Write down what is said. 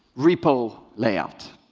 repo layout,